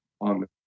on